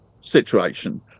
situation